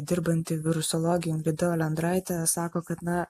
dirbanti virusologija ingrida olendraitė sako kad na